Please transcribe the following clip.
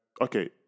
okay